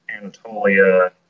Anatolia